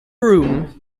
room